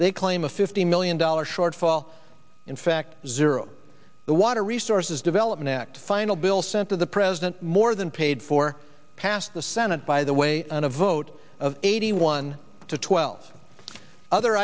they claim a fifty million dollars shortfall in fact zero the water resources development act final bill sent to the president more than paid for passed the senate by the way on a vote of eighty one to twelve other